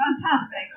Fantastic